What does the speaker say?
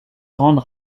grande